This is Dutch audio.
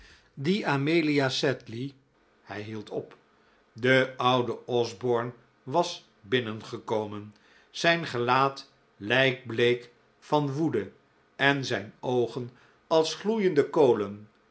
die amelia sed hij hieldop de oude osborne was binnengekomen zijn gelaat lijkbleek van woede en zijn oogen als gloeiende kolen